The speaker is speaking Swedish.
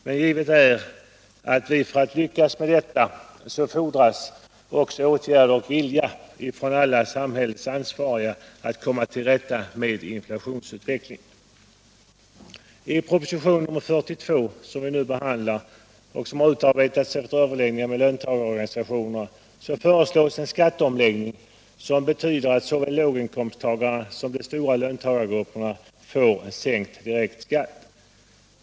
Men givet är att för att lyckas med detta fordras också åtgärder och vilja ifrån alla samhällsansvariga att komma till rätta med inflationsutvecklingen. I proposition 42, som nu behandlas och som utarbetats efter överläggningar med löntagarorganisationerna, föreslås ett skattesystem som betyder att såväl låginkomsttagare som de stora löntagargrupperna får sänkt direkt skatt.